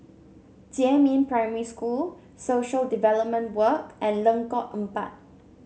Jiemin Primary School Social Development Work and Lengkong Empat